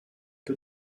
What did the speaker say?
peu